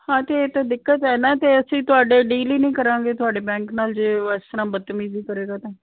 ਹਾਂ ਤੇ ਇਹ ਤਾਂ ਦਿੱਕਤ ਐ ਨਾ ਤੇ ਅਸੀਂ ਤੁਹਾਡੇ ਡੀਲ ਹੀ ਨਹੀਂ ਕਰਾਂਗੇ ਤੁਹਾਡੇ ਬੈਂਕ ਨਾਲ ਜੇ ਐਸ ਤਰਾਂ ਬਦਤਮੀਜ਼ੀ ਕਰੇਗਾ ਤਾਂ